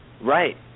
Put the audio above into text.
Right